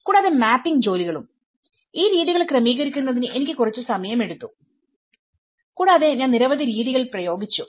കൂടാതെ മാപ്പിംഗ് ജോലികളും ഈ രീതികൾ ക്രമീകരിക്കുന്നതിന് എനിക്ക് കുറച്ച് സമയമെടുത്തു കൂടാതെ ഞാൻ നിരവധി രീതികൾ ഉപയോഗിച്ചു